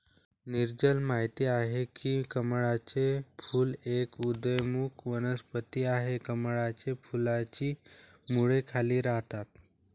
नीरजल माहित आहे की कमळाचे फूल एक उदयोन्मुख वनस्पती आहे, कमळाच्या फुलाची मुळे खाली राहतात